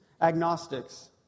agnostics